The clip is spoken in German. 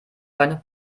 beine